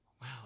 Wow